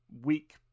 week